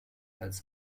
als